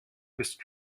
bist